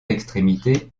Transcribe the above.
extrémité